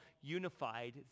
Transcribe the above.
unified